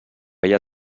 ella